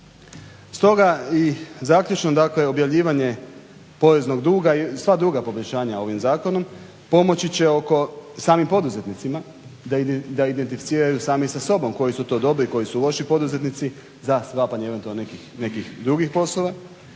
Stoga i zaključno, dakle objavljivanje poreznog duga i sva druga poboljšanja ovim zakonom pomoći će samim poduzetnicima da identificiraju sami sa sobom koji su to dobri, koji su loši poduzetnici za sklapanje eventualno nekih drugih poslova.